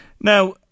Now